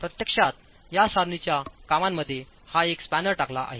प्रत्यक्षात या सारणीच्या कामांमध्ये हा एक स्पॅनर टाकला आहे